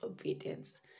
obedience